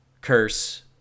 curse